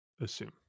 assume